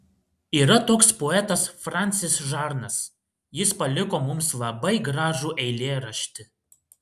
yra toks poetas fransis žarnas jis paliko mums labai gražų eilėraštį